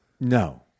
no